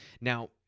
Now